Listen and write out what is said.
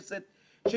שכמו תמיד